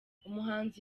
umuhanzi